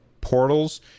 portals